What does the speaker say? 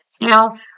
Now